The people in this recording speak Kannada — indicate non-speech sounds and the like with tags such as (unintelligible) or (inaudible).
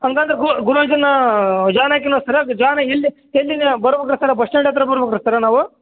ಹಂಗಂದ್ರೆ ಗುರುವಾರ ದಿನ (unintelligible) ಎಲ್ಲಿಗೆ ಬರಬೇಕ್ರಿ ಸರ್ ಬಸ್ ಸ್ಟ್ಯಾಂಡ್ ಹತ್ತಿರ ಬರಬೇಕ್ರಿ ಸರ್ರ್ ನಾವು